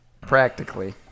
Practically